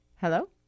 Hello